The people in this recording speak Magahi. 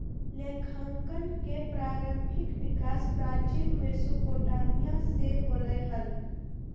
लेखांकन के प्रारंभिक विकास प्राचीन मेसोपोटामिया से होलय हल